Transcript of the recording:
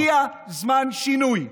הגיע זמן שינוי.